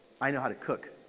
I-know-how-to-cook